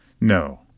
No